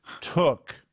took